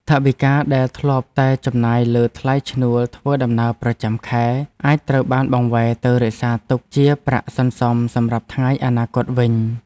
ថវិកាដែលធ្លាប់តែចំណាយលើថ្លៃឈ្នួលធ្វើដំណើរប្រចាំខែ អាចត្រូវបានបង្វែរទៅរក្សាទុកជាប្រាក់សន្សំសម្រាប់ថ្ងៃអនាគតវិញ។